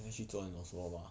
要去做那种什么吗